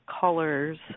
colors